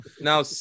now